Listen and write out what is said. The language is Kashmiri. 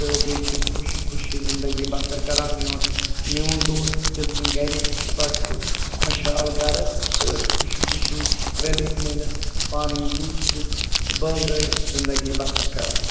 تہٕ بیٚیہِ چھِ أسۍ خوشی خوشی زِندگی بَسَر کَران میون میون دوست تہٕ تٔمۍ سٕنٛدۍ گَرِکۍ چھِ بَڑٕ خو خۄشحال گَرٕ تہٕ أسۍ چھِ خوشی خوشی رٔلِتھ مِلِتھ پانہٕ ؤنۍ دُکھ سُکھ بٲگرٲیِتھ زِندگی بَسَر کَران